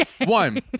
One